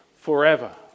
forever